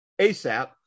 ASAP